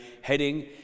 heading